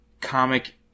comic